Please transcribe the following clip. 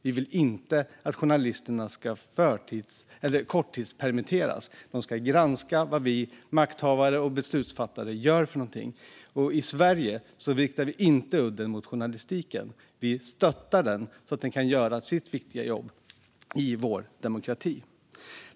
Vi vill inte att journalisterna ska korttidspermitteras, utan de ska granska vad vi makthavare och beslutsfattare gör. I Sverige riktar vi inte udden mot journalistiken, utan vi stöttar den så att den kan göra sitt viktiga jobb i vår demokrati.